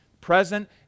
present